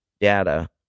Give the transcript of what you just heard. data